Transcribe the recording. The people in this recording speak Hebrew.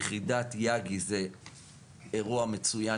יחידת יג"י זה אירוע מצוין,